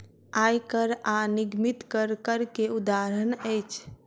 आय कर आ निगमित कर, कर के उदाहरण अछि